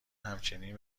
همچنین